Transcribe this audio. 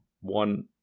One